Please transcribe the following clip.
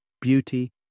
beauty